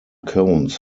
cones